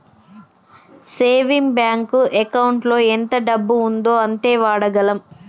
saving bank ఎకౌంటులో ఎంత డబ్బు ఉందో అంతే వాడగలం